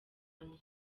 hantu